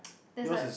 there's like